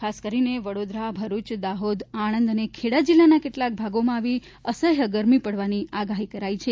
ખાસ કરીને વડોદરા ભરૂચ દાહોદ આણંદ અને ખેડા જીલ્લાના કેટલાક ભાગોમાં આવી અસહ્ય ગરમી પડવાની આગાહી કરાઈ છે